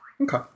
okay